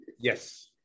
Yes